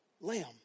lamb